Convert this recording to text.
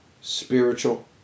spiritual